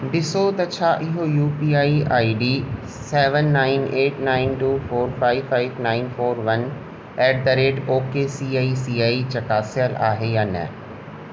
ॾिसो त छा इहो U P I I D seven nine eight nine two four five five nine four one eight the rate O K C I C I चकासियलु आहे या न